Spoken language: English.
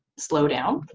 slow down?